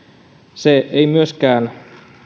se ei myöskään